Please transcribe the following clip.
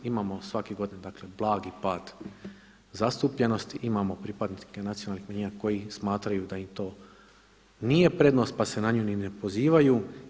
Imamo svake godine, dakle blagi pad zastupljenosti, imamo pripadnike nacionalnih manjina koji smatraju da im to nije prednost, pa se na nju ni ne pozivaju.